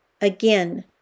Again